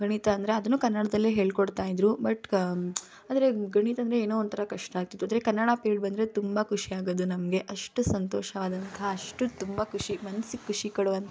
ಗಣಿತ ಅಂದರೆ ಅದನ್ನೂ ಕನ್ನಡದಲ್ಲೇ ಹೇಳಿಕೊಡ್ತಾ ಇದ್ದರು ಬಟ್ ಅಂದರೆ ಗಣಿತ ಅಂದರೆ ಏನೋ ಒಂಥರಾ ಕಷ್ಟ ಆಗ್ತಿತ್ತು ಆದರೆ ಕನ್ನಡ ಪಿರೇಡ್ ಬಂದರೆ ತುಂಬ ಖುಷಿ ಆಗೋದು ನಮಗೆ ಅಷ್ಟು ಸಂತೋಷ ಆದಂತಹ ಅಷ್ಟು ತುಂಬ ಖುಷಿ ಮನ್ಸಿಗೆ ಖುಷಿ ಕೊಡುವಂಥ